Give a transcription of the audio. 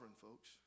folks